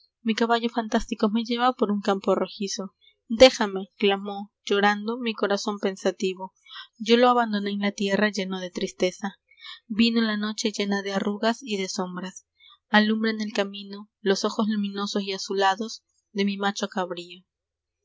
mi caballo fantástico me lleva por un campo rojizo déjame clamó llorando mi corazón pensativo yo lo abandoné en la tierra lleno de tristeza vino la noche llena de arrugas y de sombras alumbran el camino los ojos luminosos y azulados de mi macho cabrío